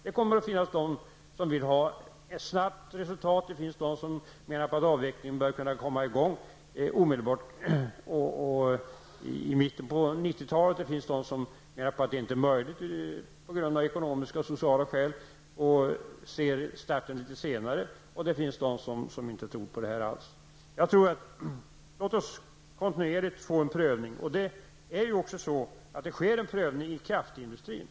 Det finns de som vill ha ett snabbt resultat och menar att avvecklingen bör kunna komma i gång omedelbart, dvs. i mitten på 90-talet. Det finns de som menar att detta inte är möjligt på grund av ekonomiska och sociala skäl, och ser starten något senare, och det finns de som inte alls tror på detta. Låt oss kontinuerligt göra en prövning. Det sker också en prövning inom kraftindustrin.